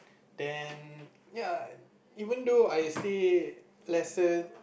then ya even though I stay lesser than